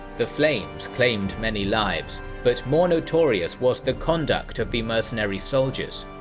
the flames claimed many lives, but more notorious was the conduct of the mercenary soldiers.